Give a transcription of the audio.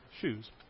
shoes